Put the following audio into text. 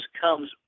comes